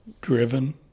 driven